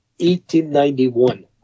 1891